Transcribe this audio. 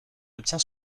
obtient